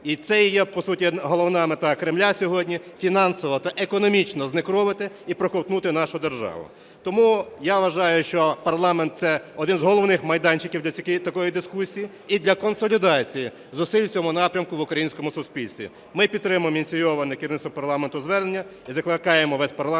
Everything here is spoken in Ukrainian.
І це є по суті головна мета Кремля сьогодні – фінансово та економічно знекровити і проковтнути нашу державу. Тому я вважаю, що парламент – це один з головних майданчиків для такої дискусії і для консолідації зусиль в цьому напрямку в українському суспільстві. Ми підтримуємо ініційоване керівництвом парламенту звернення і закликаємо весь парламент